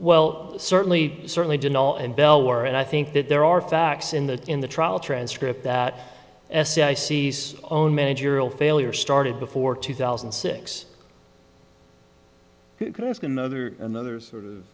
well certainly certainly denial and bell were and i think that there are facts in the in the trial transcript that sai sees own managerial failure started before two thousand and six could ask another another sort of